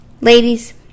Ladies